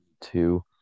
two